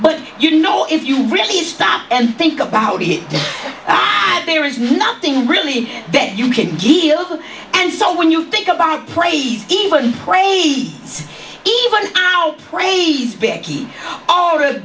but you know if you really stop and think about it there is nothing really that you can't deal and so when you think about praise even praise even our praise becky oh